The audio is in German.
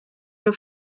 der